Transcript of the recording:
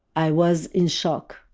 i was in shock.